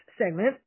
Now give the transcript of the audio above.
segment